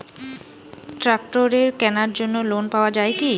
ট্রাক্টরের কেনার জন্য লোন পাওয়া যায় কি?